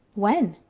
when?